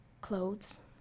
Clothes